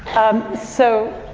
um, so,